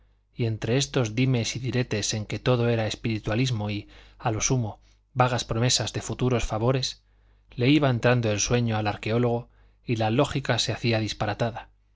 y entre estos dimes y diretes en que todo era espiritualismo y a lo sumo vagas promesas de futuros favores le iba entrando el sueño al arqueólogo y la lógica se hacía disparatada